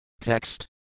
Text